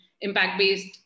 impact-based